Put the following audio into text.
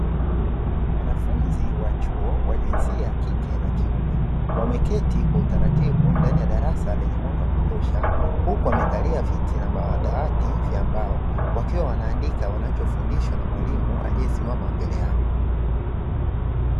Wanafunzi wa chuo wa jinsia ya kike na kiume wameketi kwa utaratibu ndani ya darasa lenye mwanga wa kutosha huku wamekalia viti na madawati vya mbao, wakiwa wanaandika wanachofundishwa na mwalimu aliyesimama mbele yao.